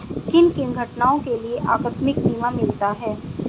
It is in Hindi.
किन किन घटनाओं के लिए आकस्मिक बीमा मिलता है?